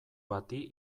bati